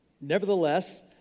Nevertheless